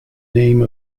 name